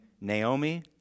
Naomi